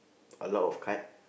a lot of card